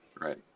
Right